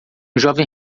jovem